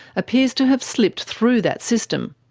appears to have slipped through that system.